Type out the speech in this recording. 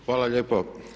Hvala lijepo.